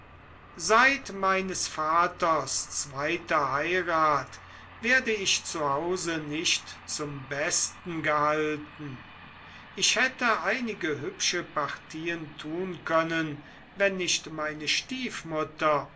seit meines vaters zweiter heirat werde ich zu hause nicht zum besten gehalten ich hätte einige hübsche partien tun können wenn nicht meine stiefmutter